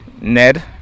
ned